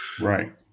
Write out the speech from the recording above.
right